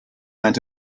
went